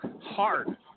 hard